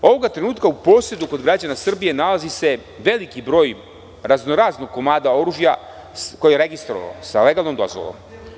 Ovog trenutka u posedu građana Srbije se nalazi veliki broj raznoraznog komada oružja koji je registrovan sa legalnom dozvolom.